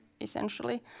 essentially